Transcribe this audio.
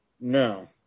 No